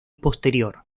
posterior